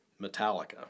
Metallica